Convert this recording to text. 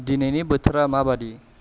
दिनैनि बोथोरा माबादि